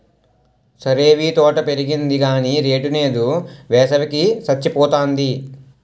సరేవీ తోట పెరిగింది గాని రేటు నేదు, వేసవి కి సచ్చిపోతాంది